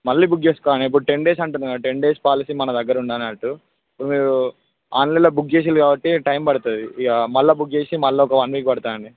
మళ్ళీ బుక్ చేసుకోవాలి ఇప్పుడు టెన్ డేస్ అంటున్న కదా టెన్ డేస్ పాలసీ మన దగ్గర ఉన్నట్టు ఇప్పుడు మీరు ఆన్లైన్లో బుక్ చేసింది కాబట్టి టైం పడుతుంది ఇక మళ్ళా బుక్ చేసి మళ్ళా ఒక వన్ వీక్ పడుతుంది అండి